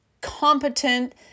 competent